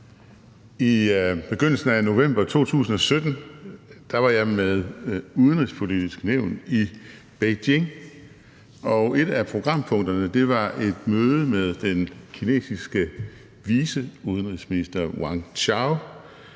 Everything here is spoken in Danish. I begyndelsen af november 2017 var jeg med Det Udenrigspolitiske Nævn i Beijing, og et af programpunkterne var et møde med den kinesiske viceudenrigsminister, Wang Chao.